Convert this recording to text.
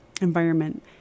environment